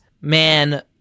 man